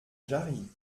jarrie